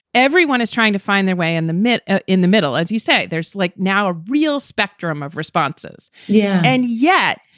everyone is trying to find their way in the mit ah in the middle, as you say, there's like now a real spectrum of responses. yeah. and yet,